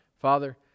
Father